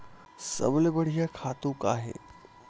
सबले बढ़िया खातु का हे?